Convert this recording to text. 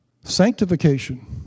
Sanctification